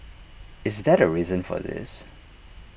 is that A reason for this